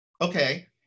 Okay